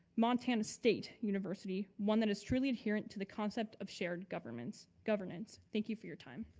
montana state university one that is truly adherent to the concept of shared governments, governance. thank you for your time.